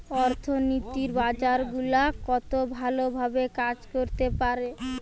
অর্থনীতির বাজার গুলা কত ভালো ভাবে কাজ করতে পারে